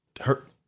hurt